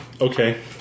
Okay